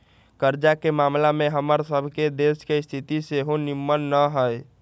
कर्जा के ममला में हमर सभ के देश के स्थिति सेहो निम्मन न हइ